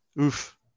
Oof